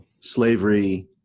slavery